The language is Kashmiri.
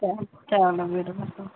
چل چلو بِہیُو رۄبَس سوال